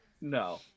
No